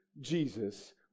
Jesus